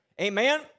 Amen